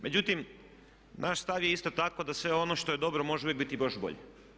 Međutim, naš stav je isto tako da sve ono što je dobro može uvijek biti još bolje.